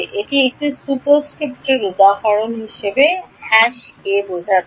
সুতরাং সুপারস্ক্রিপ্ট একটি উপাদান a বোঝায়